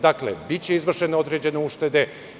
Dakle, biće izvršene određene uštede.